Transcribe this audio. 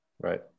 Right